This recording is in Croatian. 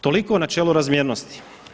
Toliko o načelu razmjernosti.